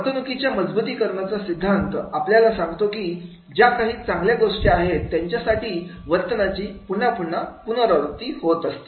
वर्तणुकीच्या मजबुतीकरणाचा सिद्धांत आपल्याला सांगतो की ज्या काही चांगल्या गोष्टी आहेत त्यांच्यासाठी वर्तनाची पुन्हा पुन्हा पुनरावृत्ती होत असते